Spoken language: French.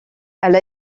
elle